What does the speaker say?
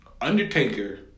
Undertaker